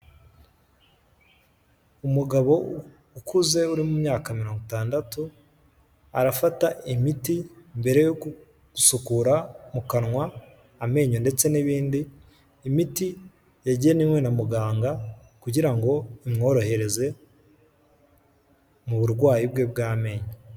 Umugabo ukuze, uri mu myaka mirongo itandatu, arafata imiti, mbere yo gusukura mu kanwa, amenyo ndetse n'ibindi, imiti yagenwe na muganga, kugira ngo imworohereze, mu burwayi bwe bw'amenyo.